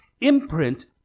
imprint